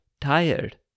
tired